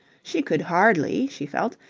she could hardly, she felt,